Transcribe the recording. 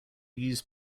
used